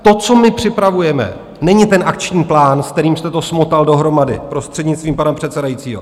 To, co my připravujeme, není ten akční plán, s kterým jste to smotal dohromady, prostřednictvím pana předsedajícího.